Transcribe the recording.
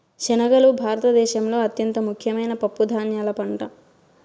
శనగలు భారత దేశంలో అత్యంత ముఖ్యమైన పప్పు ధాన్యాల పంట